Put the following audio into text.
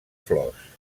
flors